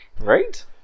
Right